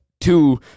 two